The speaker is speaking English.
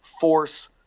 force